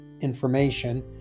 information